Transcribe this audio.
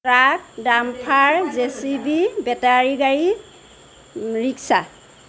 truck dumper J C B battery গাড়ী rickshaw